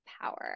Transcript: power